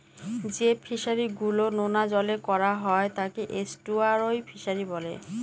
যে ফিশারি গুলো নোনা জলে করা হয় তাকে এস্টুয়ারই ফিশারি বলে